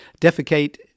defecate